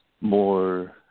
more